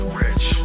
rich